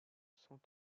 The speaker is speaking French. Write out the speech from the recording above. cent